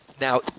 now